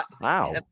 wow